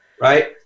Right